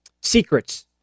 secrets